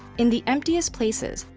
in the emptiest places,